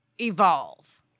evolve